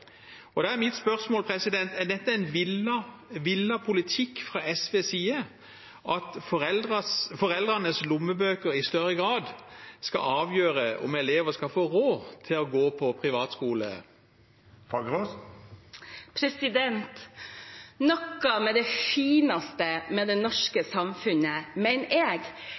Da er mitt spørsmål: Er det en villet politikk fra SVs side at foreldrenes lommebøker i større grad skal avgjøre om elever skal få råd til å gå på privat skole? Noe av det fineste med det norske samfunnet mener jeg